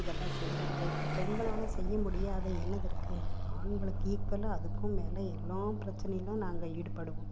இதெல்லாம் செய்கிறாங்க இப்போ பெண்களால் செய்ய முடியாத என்னது இருக்கு ஆண்களுக்கு ஈக்வலாக அதுக்கும் மேல எல்லா பிரச்சனையிலும் நாங்கள் ஈடுபடுவோம்